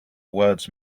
words